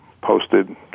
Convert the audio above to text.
posted